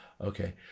okay